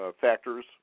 factors